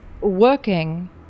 working